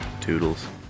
toodles